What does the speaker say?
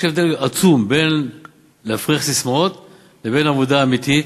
יש הבדל עצום בין להפריח ססמאות ובין עבודה אמיתית,